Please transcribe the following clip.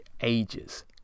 ages